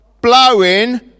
blowing